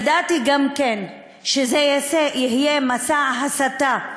ידעתי גם כן שזה יהיה מסע הסתה,